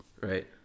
Right